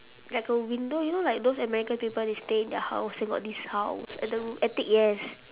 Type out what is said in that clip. like a window you know like those american people they stay in their house then got this house and the attic yes